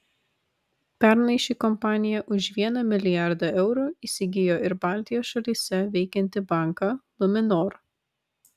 pernai ši kompanija už vieną milijardą eurų įsigijo ir baltijos šalyse veikiantį banką luminor